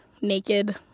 naked